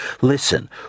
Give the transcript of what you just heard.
Listen